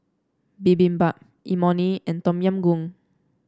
Bibimbap Imoni and Tom Yam Goong